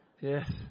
Yes